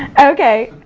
okay,